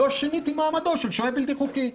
לא שיניתי מעמדו של שוהה בלתי חוקי.